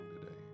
today